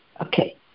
Okay